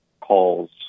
calls